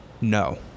no